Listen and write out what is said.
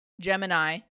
gemini